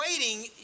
Waiting